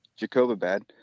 Jacobabad